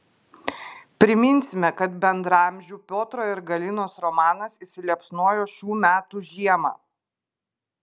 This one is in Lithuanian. priminsime kad bendraamžių piotro ir galinos romanas įsiliepsnojo šių metų žiemą